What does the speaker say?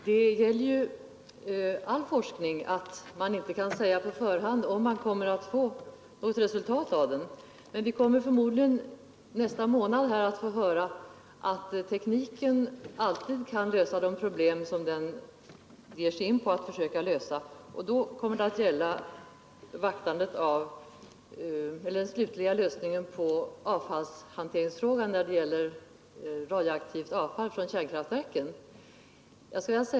Herr talman! I fråga om all forskning gäller att man på förhand inte kan säga om den kommer att ge något resultat, men förmodligen kommer vi nästa månad att få höra att tekniken alltid kan lösa de problem som man ger sig in på att lösa. Det kommer då att gälla den slutliga lösningen på avfallshanteringsproblemet när det gäller att ta hand om det radioaktiva avfallet från kärnkraftverken.